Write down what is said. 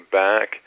back